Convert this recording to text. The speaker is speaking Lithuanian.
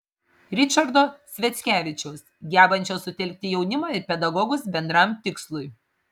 ričardo sviackevičiaus gebančio sutelkti jaunimą ir pedagogus bendram tikslui